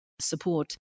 support